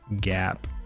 gap